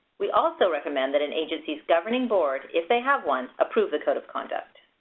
we also recommend that an agency's governing board, if they have one, approve the code of conduct.